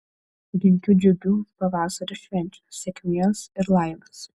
linkiu džiugių pavasario švenčių sėkmės ir laimės